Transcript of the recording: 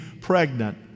pregnant